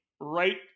right